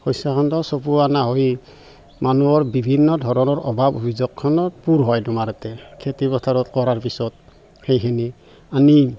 শষ্যখণ্ড চপোৱাই অনা হয় মানুহৰ বিভিন্ন ধৰণৰ অভাৱ পূৰ হয় তোমাৰ ইয়াতে খেতি পথাৰত কৰাৰ পিছত সেইখিনি আনি